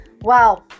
wow